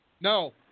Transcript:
No